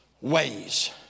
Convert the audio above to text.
ways